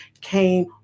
came